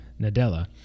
Nadella